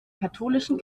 katholischen